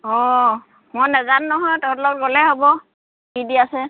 অঁ মই নেজানো নহয় তহঁতৰ লগত গ'লেহে হ'ব কি দি আছে